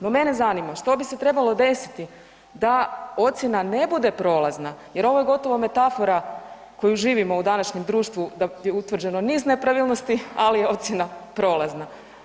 No mene zanima što bi se trebalo desiti da ocjena ne bude prolazna jer ovo je gotovo metafora koju živimo u današnjem društvu gdje je utvrđeno niz nepravilnosti, ali je ocjena prolazna.